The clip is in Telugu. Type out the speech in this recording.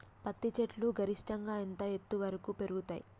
పత్తి చెట్లు గరిష్టంగా ఎంత ఎత్తు వరకు పెరుగుతయ్?